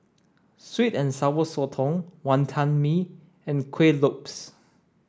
sweet and sour sotong Wantan Mee and Kueh Lopes